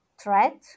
threat